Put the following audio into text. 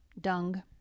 dung